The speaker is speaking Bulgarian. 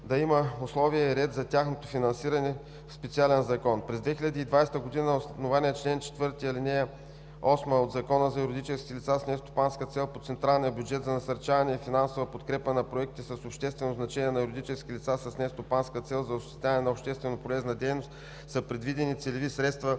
Да има условия и ред за тяхното финансиране в специален закон. През 2020 г. на основание чл. 4, ал. 8 от Закона за юридическите лица с нестопанска цел по централния бюджет за насърчаване и финансова подкрепа на проекти с обществено значение на юридически лица с нестопанска цел за осъществяване на общественополезна дейност са предвидени целеви средства